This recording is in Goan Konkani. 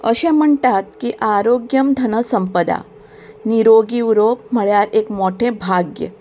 अशें म्हणटात की आरोग्यम् धन संपदा निरोगी उरोप म्हळ्यार एक मोठें भाग्य